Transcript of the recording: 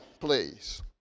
please